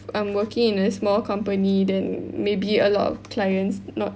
I'm working in a small company then maybe a lot of clients not